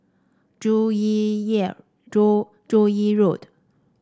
Joo Yee Joo Joo Yee Road